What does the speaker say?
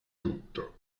tutto